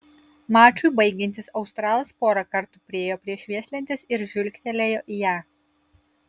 mačui baigiantis australas porą kartų priėjo prie švieslentės ir žvilgtelėjo į ją